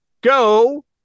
Go